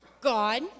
God